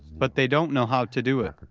but they don't know how to do it,